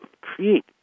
create